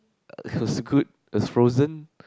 it was good as frozen